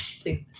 Please